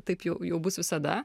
taip jau jau bus visada